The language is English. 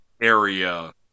area